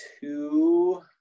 two